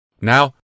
Now